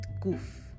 goof